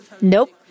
Nope